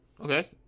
Okay